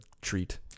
treat